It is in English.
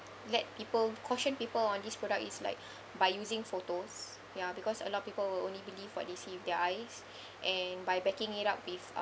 let people caution people on this product is like by using photos ya because a lot people will only believe what they see with their eyes and by backing it up with